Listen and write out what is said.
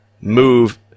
move